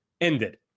ended